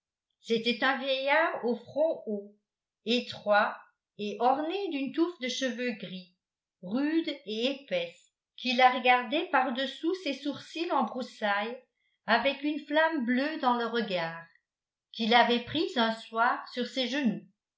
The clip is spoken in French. c'était un vieillard au front haut étroit et orné d'une touffe de cheveux gris rude et épaisse qui la regardait par-dessous ses sourcils en broussailles avec une flamme bleue dans le regard qui l'avait prise un soir sur ses genoux